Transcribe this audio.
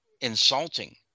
insulting